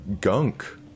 gunk